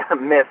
miss